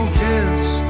kiss